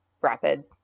rapid